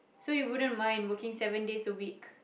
so you wouldn't mind working seven days a week